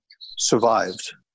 survived